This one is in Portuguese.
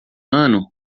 ano